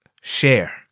share